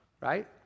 right